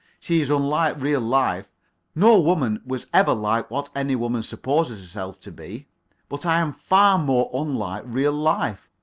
she is unlike real life no woman was ever like what any woman supposes herself to be but i am far more unlike real life.